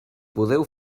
podeu